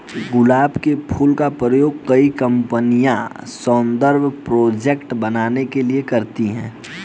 गुलाब के फूल का प्रयोग कई कंपनिया सौन्दर्य प्रोडेक्ट बनाने के लिए करती है